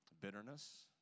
Bitterness